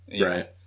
right